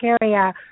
area